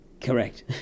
correct